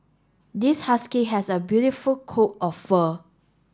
this husky has a beautiful coat of fur